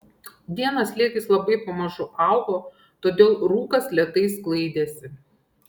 dieną slėgis labai pamažu augo todėl rūkas lėtai sklaidėsi